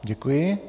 Děkuji.